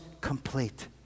complete